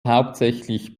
hauptsächlich